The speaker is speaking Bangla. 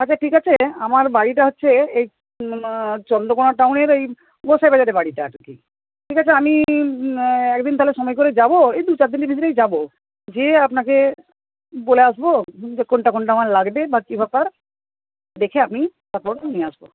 আচ্ছা ঠিক আছে আমার বাড়িটা হচ্ছে চন্দ্রকোনা টাউনের ওই পুরসাহেবের বাড়িটা ঠিক আছে আমি একদিন তাহলে সময় করে যাব এই দু চারদিনের ভিতরেই যাব যেয়ে আপনাকে বলে আসব যে কোনটা কোনটা আমার লাগবে বা কি ব্যাপার দেখে আপনি তখন নিয়ে আসবেন